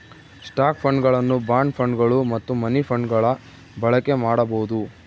stock ಫಂಡ್ಗಳನ್ನು bond ಫಂಡ್ಗಳು ಮತ್ತು ಮನಿ ಫಂಡ್ಗಳ ಬಳಕೆ ಮಾಡಬೊದು